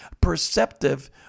perceptive